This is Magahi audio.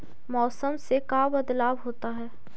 मौसम से का बदलाव होता है?